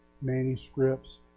manuscripts